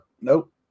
nope